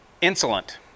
Insolent